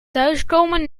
thuiskomen